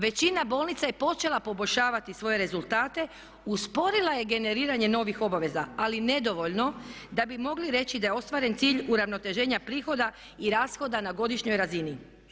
Većina bolnica je počela poboljšavati svoje rezultate, usporila je generiranje novih obaveza ali nedovoljno da bi mogli reći da je ostvaren cilj uravnoteženja prihoda i rashoda na godišnjoj razini.